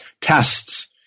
tests